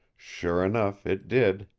sure enough, it did.